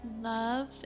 love